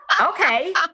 Okay